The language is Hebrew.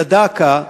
דא עקא,